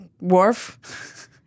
Worf